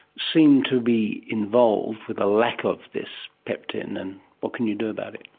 seem to be involved with a lack of this peptin and what can you do about it?